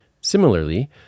Similarly